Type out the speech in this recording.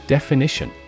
Definition